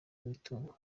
imitungo